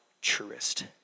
truest